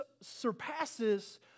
surpasses